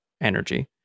energy